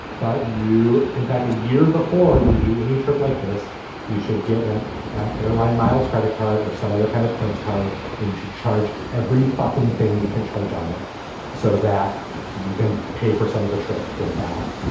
but you in fact a year before you do in a trip like this you should get an an airline miles credit card or some other kind of points card and you should charge every fucking thing you can charge on it so that you can pay for some of the trip with that.